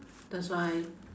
that's why